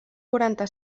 quaranta